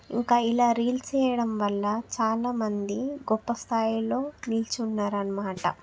ఇంకా ఇలా రీల్స్ చేయడం వల్ల చాలా మంది గొప్ప స్థాయిలో నిల్చున్నారు అన్నమాట